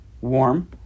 warm